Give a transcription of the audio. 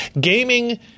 gaming